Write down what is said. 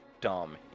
dumb